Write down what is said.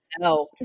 No